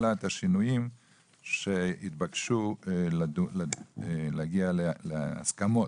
אלא את השינויים שהתבקשו להגיע להסכמות.